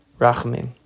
Rachamim